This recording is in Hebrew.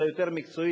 אלא יותר מקצועית,